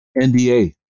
NDA